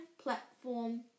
platform